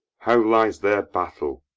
how lies their battle?